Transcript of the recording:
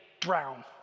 drown